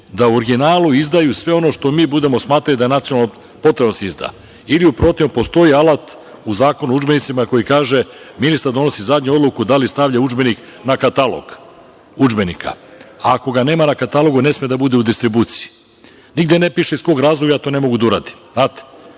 da u originalu izdaju sve ono što mi budemo smatrali da je nacionalno potrebno da se izda ili u protivnom postoji alat u Zakonu o udžbenicima koji kaže – ministar donosi zadnju odluku da li stavlja udžbenik na katalog udžbenika. Ako ga nema na katalogu, ne sme da bude u distribuciji. Nigde ne piše iz kog razloga ja to ne mogu da uradim.